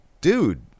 dude